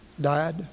died